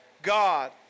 God